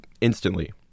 instantly